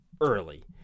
early